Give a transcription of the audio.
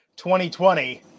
2020